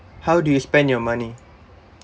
how do you spend your money